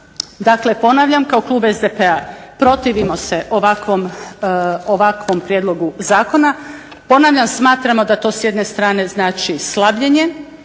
dakle ponavljam kao klub SDP-a protivimo se ovakvom prijedlogu zakona. Ponavljam, smatramo da to s jedne strane znači slabljenje